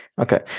Okay